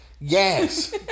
Yes